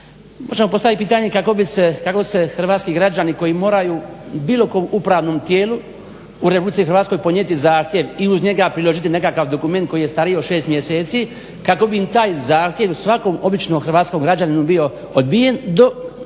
Možemo postaviti pitanje kako bi se, kako se Hrvatski građani koji moraju bilo kojem upravnom tijelu u RH ponijeti zahtjev i uz njega priložiti nekakav dokument koji je stariji od 6 mjeseci kako bi im taj zahtjev svakom običnom hrvatskom građaninu bio odbijen, dok